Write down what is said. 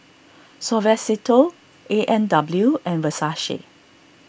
Suavecito A and W and Versace